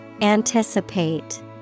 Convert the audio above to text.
Anticipate